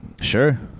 sure